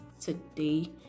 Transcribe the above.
today